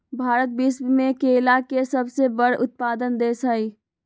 भारत विश्व में केला के सबसे बड़ उत्पादक देश हई